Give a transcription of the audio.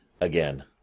again